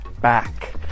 back